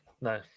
No